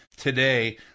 today